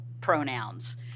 pronouns